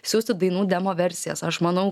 siųsti dainų demo versijas aš manau